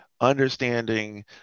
understanding